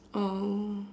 oh